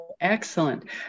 excellent